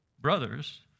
brother's